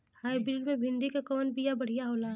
Hybrid मे भिंडी क कवन बिया बढ़ियां होला?